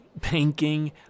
banking